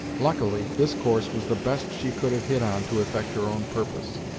luckily, this course was the best she could have hit on to effect her own purpose,